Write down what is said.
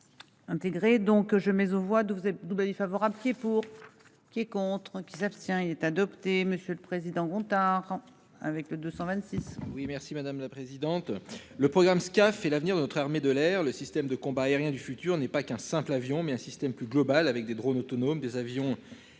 Intégrer donc je mais aux voix de vous êtes favorable pied pour qui est contre qui s'abstient. Il est adopté. Monsieur le président Gontard avec 226. Oui merci madame la présidente. Le programme Scaf et l'avenir de notre armée de l'air le système de combat aérien du futur n'est pas qu'un simple avion mais un système plus global avec des drone autonomes des avions